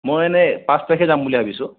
মই এনে পাঁচ তাৰিখে যাম বুলি ভাবিছো